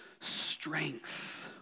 strength